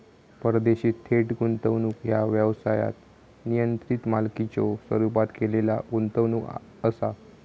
परदेशी थेट गुंतवणूक ह्या व्यवसायात नियंत्रित मालकीच्यो स्वरूपात केलेला गुंतवणूक असा